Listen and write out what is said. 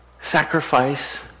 Sacrifice